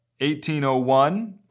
1801